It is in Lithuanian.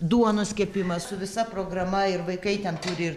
duonos kepimas su visa programa ir vaikai ten turi ir